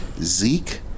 Zeke